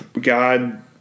God